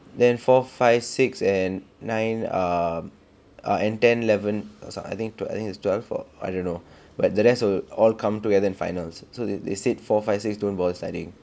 then four five six and nine um and ten eleven or so I think it's twelve or I don't know but the rest will all come together in finals so they they said four five six don't bother studying